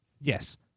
Yes